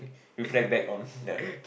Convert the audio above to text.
reflect back on the